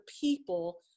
people